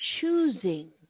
choosing